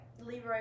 Leroy